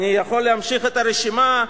אני יכול להמשיך את הרשימה,